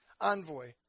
envoy